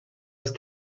dels